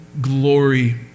glory